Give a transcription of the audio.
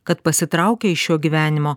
kad pasitraukę iš šio gyvenimo